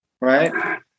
Right